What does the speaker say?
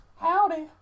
howdy